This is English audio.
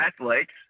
athletes